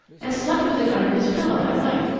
and slept with it under his pillow at night,